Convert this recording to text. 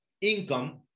income